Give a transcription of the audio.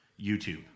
YouTube